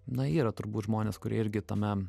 na yra turbūt žmonės kurie irgi tame